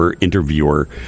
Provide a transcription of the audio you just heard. interviewer